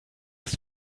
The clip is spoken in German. ist